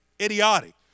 idiotic